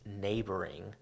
neighboring